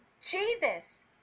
Jesus